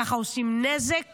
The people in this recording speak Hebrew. ככה עושים נזק